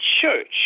church